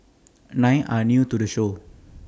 nine are new to the show